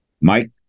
mike